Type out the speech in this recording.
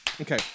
Okay